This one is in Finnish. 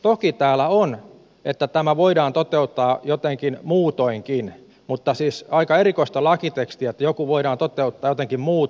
toki täällä on että tämä voidaan toteuttaa jotenkin muutoinkin mutta siis aika erikoista lakitekstiä että joku voidaan toteuttaa jotenkin muutoinkin